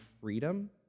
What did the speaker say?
freedom